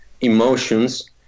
emotions